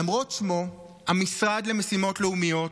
למרות שמו, המשרד למשימות לאומיות,